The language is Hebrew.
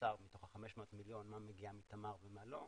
האוצר מתוך ה-500 מיליון מה מגיע מתמר ומה לא,